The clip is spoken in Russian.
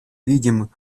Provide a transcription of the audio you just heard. видим